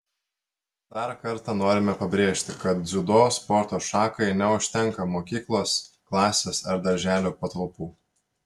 dar kartą norime pabrėžti kad dziudo sporto šakai neužtenka mokyklos klasės ar darželio patalpų